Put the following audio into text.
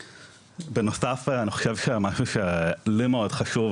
בנוסף אני חושב שמשהו שלי מאוד חשוב,